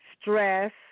stress